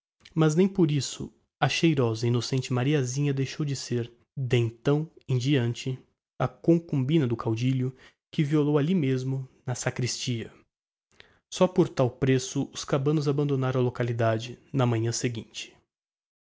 mas nem por isso a cheirosa e innocente mariasinha deixou de ser d'então em deante a concubina do caudilho que a violou ali mesmo na sacristia só por tal preço os cabanos abandonaram a localidade na manhã seguinte